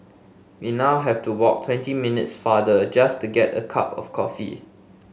we now have to walk twenty minutes farther just to get a cup of coffee